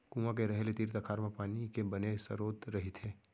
कुँआ के रहें ले तीर तखार म पानी के बने सरोत रहिथे